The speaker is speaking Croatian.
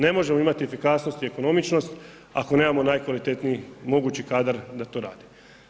Ne možemo imati efikasnost i ekonomičnost ako nemamo najkvalitetniji mogući kadar da to rade.